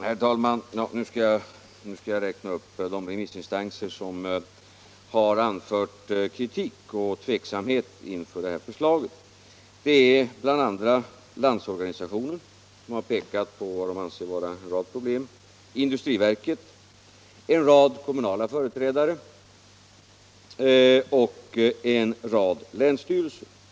Herr talman! Nu skall jag tala om vilka remissinstanser som anfört kritik mot eller tveksamhet inför förslaget. Det är bl.a. Landsorganisationen, som pekat på en rad problem, industriverket, en rad kommunala företrädare och en rad länsstyrelser.